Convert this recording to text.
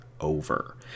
over